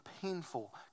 painful